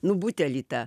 nu butelį tą